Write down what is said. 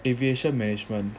aviation management